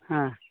ᱦᱮᱸ